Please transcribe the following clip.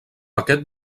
aquest